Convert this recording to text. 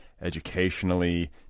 educationally